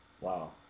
Wow